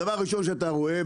הדבר הראשון שאתה רואה,